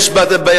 בתוך הממשלה.